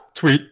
Tweet